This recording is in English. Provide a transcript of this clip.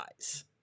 eyes